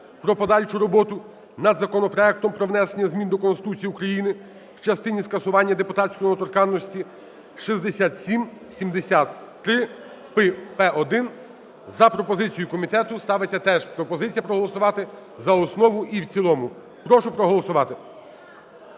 про подальшу роботу над законопроектом про внесення змін до Конституції України (в частині скасування депутатської недоторканності) (6773/П1). За пропозицією комітету ставиться теж пропозиція проголосувати за основу і в цілому. Прошу проголосувати.